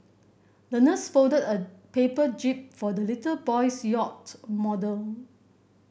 the nurse folded a paper jib for the little boy's yacht model